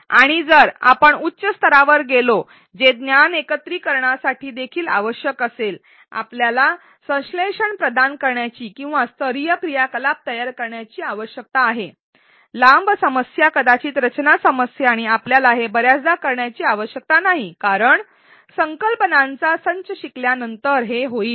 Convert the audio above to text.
आणि जर आपण उच्च स्तरावर गेलो जे ज्ञान एकत्रिकरणासाठी देखील आवश्यक असेल आपल्याला संश्लेषण प्रदान करण्याची किंवा स्तरीय क्रियाकलाप तयार करण्याची आवश्यकता आहे लांब समस्या कदाचित रचना समस्या आणि आपल्याला हे बर्याचदा करण्याची आवश्यकता नाही कारण संकल्पनांचा संच शिकल्यानंतर हे होईल